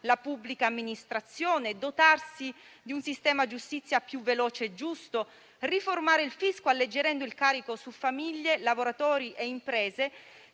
la pubblica amministrazione, dotarsi di un sistema della giustizia più veloce e giusto, riformare il fisco alleggerendo il carico su famiglie, lavoratori e imprese